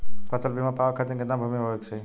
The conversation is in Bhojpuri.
फ़सल बीमा पावे खाती कितना भूमि होवे के चाही?